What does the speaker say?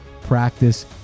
Practice